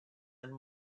and